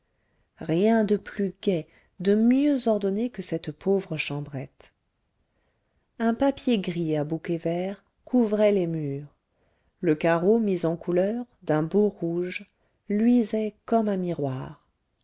rien de plus gai de mieux ordonné que cette pauvre chambrette un papier gris à bouquets verts couvrait les murs le carreau mis en couleur d'un beau rouge luisait comme un miroir